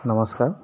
নমস্কাৰ